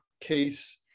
CASE